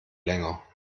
länger